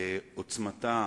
לעוצמתה